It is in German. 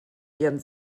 ihren